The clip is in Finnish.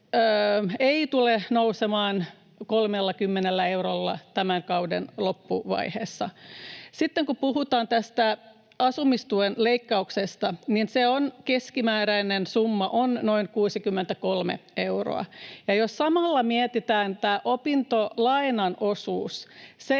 ei tule nousemaan 30 eurolla tämän kauden loppuvaiheessa. Sitten kun puhutaan tästä asumistuen leikkauksesta, niin sen keskimääräinen summa on noin 63 euroa. Jos samalla mietitään tätä opintolainan osuutta,